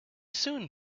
soon